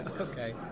Okay